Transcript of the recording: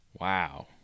Wow